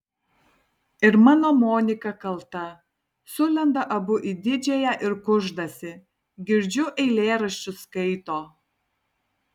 ir mano monika kalta sulenda abu į didžiąją ir kuždasi girdžiu eilėraščius skaito